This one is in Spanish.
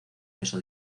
peso